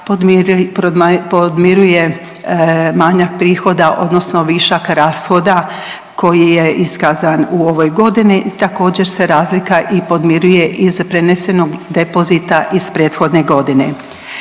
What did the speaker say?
podmiruje manjak prihoda odnosno višak rashoda koji je iskazan u ovoj godini. Također se razlika i podmiruje iz prenesenog depozita iz prethodne godine.